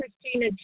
Christina